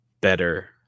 better